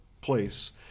place